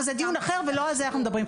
אבל זה דיון אחר ולא על זה אנחנו מדברים.